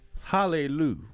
Hallelujah